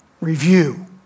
review